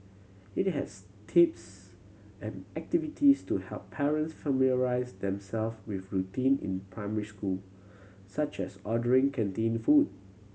it has tips and activities to help parents familiarise themself with routine in primary school such as ordering canteen food